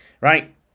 Right